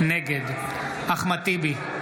נגד אחמד טיבי,